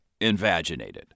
invaginated